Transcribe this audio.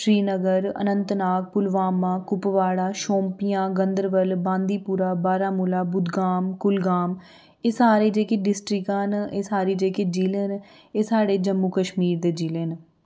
श्रीनगर अनंतनाग पुलवामा कुपवाड़ा शौंपियां गांदरबल बांदीपुरा बारामुला बुड़गाम कुलगाम एह् सारे जेह्के डिस्ट्रिकां न एह् सारे जेह्के जि'ले न ऐ साढ़े जम्मू कश्मीर दे जि'ले न